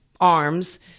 arms